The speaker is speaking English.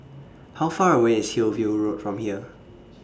How Far away IS Hillview Road from here